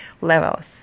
levels